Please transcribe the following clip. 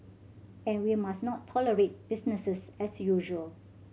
and we must not tolerate businesses as usual